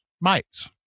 Mites